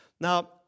Now